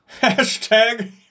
Hashtag